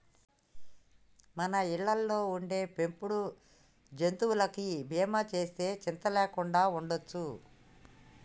మన ఇళ్ళలో ఉండే పెంపుడు జంతువులకి బీమా సేస్తే సింత లేకుండా ఉండొచ్చు